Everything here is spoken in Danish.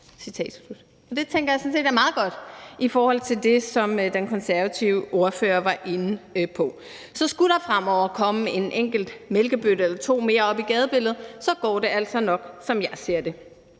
Det tænker jeg sådan set er meget godt, i forhold til det, som den konservative ordfører var inde på. Så skulle der fremover komme en enkelt mælkebøtte eller to mere op i gadebilledet, går det altså nok, som jeg ser det.